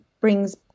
brings